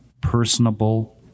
personable